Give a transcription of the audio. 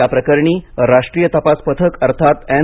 या प्रकरणी राष्ट्रीय तपास पथक अर्थात एन